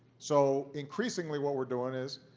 so, increasingly, what we're doing is,